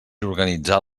organitzar